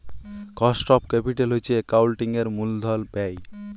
cost of capital হছে একাউল্টিংয়ের মূলধল ব্যায়